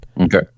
Okay